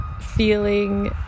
feeling